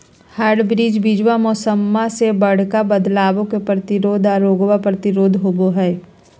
hybrid बीजावा मौसम्मा मे बडका बदलाबो के प्रतिरोधी आ रोगबो प्रतिरोधी होबो हई